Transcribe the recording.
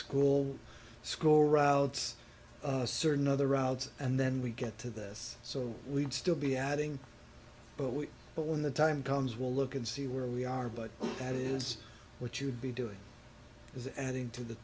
school school routes certain other routes and then we get to this so we'd still be adding but we but when the time comes we'll look at see where we are but that is what you would be doing is adding to the